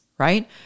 Right